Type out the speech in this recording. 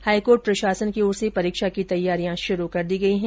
high court प्रशासन की और से परीक्षा की तैयारियां शुरू कर दी गई है